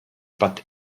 but